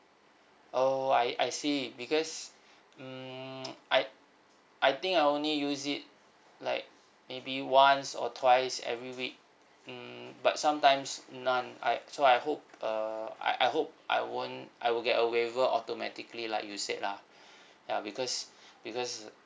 oh I I see because mm I I think I only use it like maybe once or twice every week mm but sometimes none I'd so I hope uh I I hope I won't I will get a waiver automatically like you said lah ya because because ah